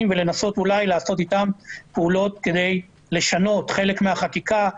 ולנסות אולי לעשות איתם פעולות כדי לשנות חלק מן החקיקה,